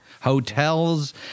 hotels